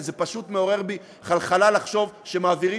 זה פשוט מעורר בי חלחלה לחשוב שמעבירים